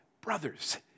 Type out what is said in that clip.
Brothers